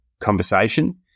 conversation